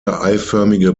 eiförmige